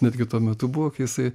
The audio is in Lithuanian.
netgi tuo metu buvo kai jisai